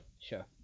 sure